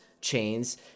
chains